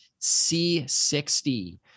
C60